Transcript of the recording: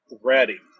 ready